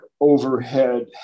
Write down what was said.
overhead